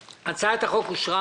הצבעה הצעת חוק יסודות התקציב (תיקון